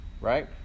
Right